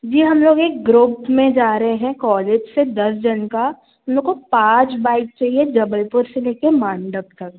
जी हम लोग एक ग्रुप में जा रहे हैं कॉलेज से दस जन का हम लोग को पाँच बाइक चाहिए जबलपुर से लेके मांडव तक